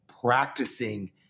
practicing